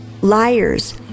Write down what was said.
liars